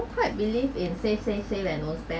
quite believe in say say say like no spend